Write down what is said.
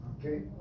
okay